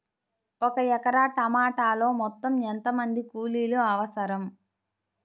ఒక ఎకరా టమాటలో మొత్తం ఎంత మంది కూలీలు అవసరం?